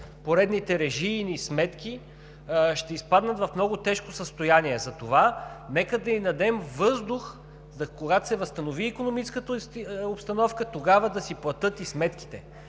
поредните режийни сметки, ще изпаднат в много тежко състояние. Затова нека да им дадем въздух – когато се възстанови икономическата обстановка, тогава да си платят и сметките.